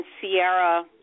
Sierra